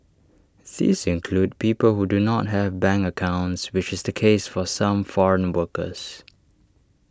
these include people who do not have bank accounts which is the case for some foreign workers